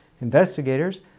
Investigators